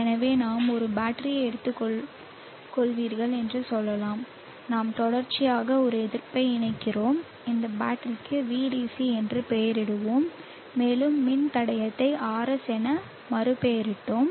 எனவே நாம் ஒரு பேட்டரியை எடுத்துக்கொள்வீர்கள் என்று சொல்லலாம் நாம் தொடர்ச்சியாக ஒரு எதிர்ப்பை இணைக்கிறோம் இந்த பேட்டரிக்கு V dc என்று பெயரிடுவோம் மேலும் மின்தடையத்தை RS என மறுபெயரிட்டோம்